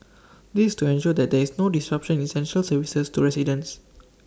this is to ensure that there is no disruption in essential services to residents